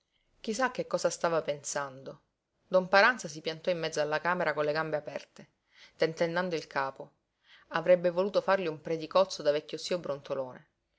a che cosa stava pensando don paranza si piantò in mezzo alla camera con le gambe aperte tentennando il capo avrebbe voluto fargli un predicozzo da vecchio zio brontolone